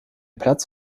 platz